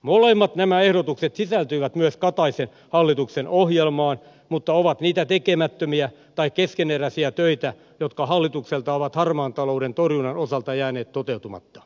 molemmat näistä ehdotuksista sisältyivät myös kataisen hallituksen ohjelmaan mutta ovat niitä tekemättömiä tai keskeneräisiä töitä jotka hallitukselta ovat harmaan talouden torjunnan osalta jääneet toteuttamatta